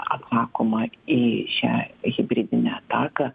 atsakoma į šią hibridinę ataką